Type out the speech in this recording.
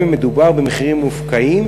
גם אם מדובר במחירים מופקעים,